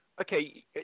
okay